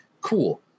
cool